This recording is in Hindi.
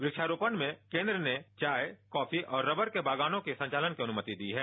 वृक्षारोपण में केंद्र ने चाय कॉफी और रवर के बागानों के संचालन की अनुमति दी है